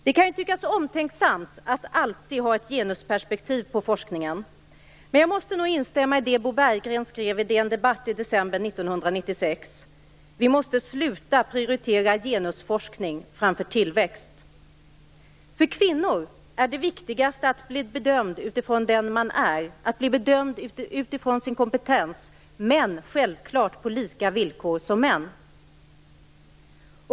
Det kan tyckas omtänksamt att alltid ha ett genusperspektiv på forskningen, men jag måste nog instämmma i det som Bo Berggren skrev i DN Debatt i december 1996: Vi måste sluta prioritera genusforskning framför tillväxt. För kvinnor är det viktigast att bli bedömd utifrån den man är, utifrån sin kompetens - men självklart på samma villkor som män.